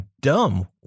dumb